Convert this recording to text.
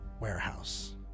warehouse